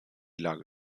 lage